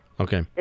Okay